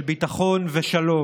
אדוני היושב-ראש.